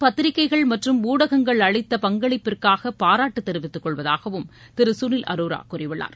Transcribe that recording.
பத்திரிக்கைகள் மற்றும் ஊடகங்கள் அளித்த பங்களிட்பிற்காக பாராட்டு தெரிவித்து கொள்வதாகவும் திரு சுனில் அரோரா கூறியுள்ளார்